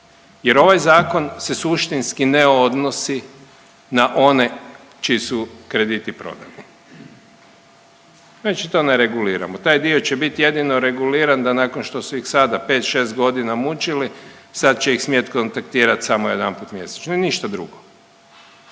Jer ovaj zakon se suštinski ne odnosi na one čiji su krediti prodani. Znači to ne reguliramo, taj dio će bit jedino reguliran da nakon što su ih sada, 5, 6 godina mučili, sad će ih smjeti kontaktirat samo jedanput mjesečno. I ništa drugo.